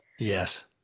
Yes